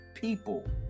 people